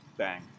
Bang